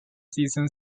season